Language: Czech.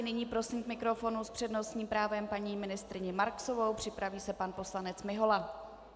Nyní prosím k mikrofonu s přednostním právem paní ministryni Marksovou, připraví se pan poslanec Mihola.